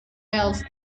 else